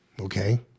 okay